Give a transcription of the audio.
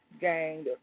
gang